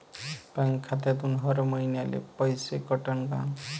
Bank खात्यातून हर महिन्याले पैसे कटन का?